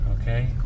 Okay